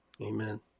Amen